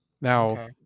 Now